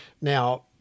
Now